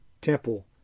temple